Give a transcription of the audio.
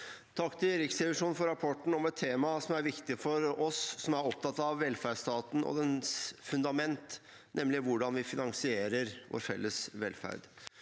Takk til Riksrevisjonen for rapporten om et tema som er viktig for oss som er opptatt av velferdsstaten og dens fundament, nemlig hvordan vi finansierer vår felles velferd.